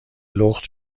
لخت